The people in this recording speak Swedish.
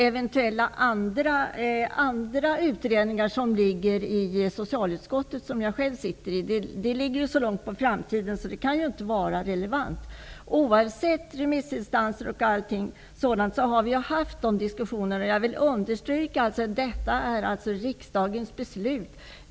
Eventuella andra utredningar under socialutskottet, som jag själv är ledamot av, ligger så långt fram i tiden att de inte kan vara relevanta. Oavsett vad som har anförts av remissinstanser m.fl. har vi ändå haft sådana här diskussioner. Jag vill understryka att det är fråga om ett beslut av riksdagen.